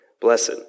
Blessed